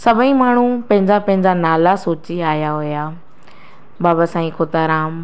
सभई माण्हू पंहिंजा पंहिंजा नाला सोचे आहिया हुया बाबा साईं खोताराम